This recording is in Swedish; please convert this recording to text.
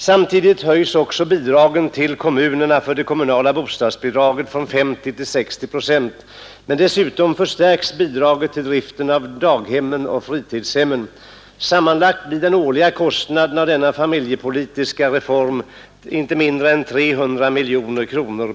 Samtidigt höjs också bidragen till kommunerna för det kommunala bostadsbidraget från 50 till 60 procent, och dessutom förstärks bidraget till driften av daghem och fritidshem. Sammanlagt blir kostnaden för denna familjepolitiska reform inte mindre än 300 miljoner per år.